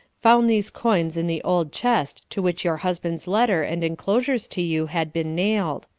found these coins in the old chest to which your husband's letter and enclosures to you had been nailed.